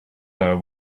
her